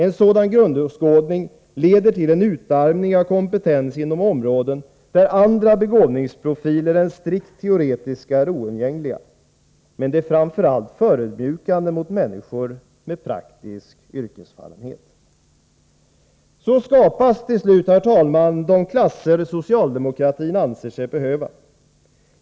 En sådan grundåskådning leder till en utarmning av kompetens inom områden där andra begåvningsprofiler än strikt teoretiska är oundgängliga. Men den är framför allt förödmjukande mot människor med praktisk yrkesfallenhet. Så skapas till slut de klasser socialdemokratin anser sig behöva.